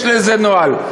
יש לזה נוהל.